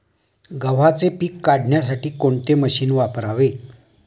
गव्हाचे पीक काढण्यासाठी कोणते मशीन वापरावे?